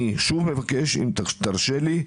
אני שוב מבקש, אם תרשה לי,